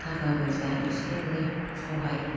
थाखा फैसा एसे एनै सहाय